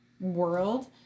world